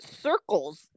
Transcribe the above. circles